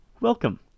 welcome